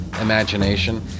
imagination